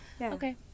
Okay